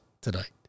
tonight